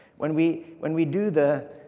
when we when we do the